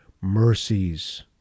mercies